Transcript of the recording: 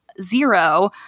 Zero